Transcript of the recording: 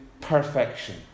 perfection